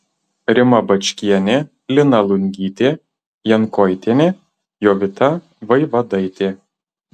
rima bačkienė lina lungytė jankoitienė jovita vaivadaitė